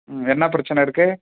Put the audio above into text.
ம் என்ன பிரச்சின இருக்குது